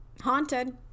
haunted